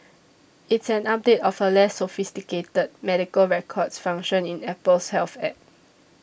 it's an update of a less sophisticated medical records function in Apple's Health App